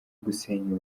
gusenya